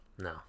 no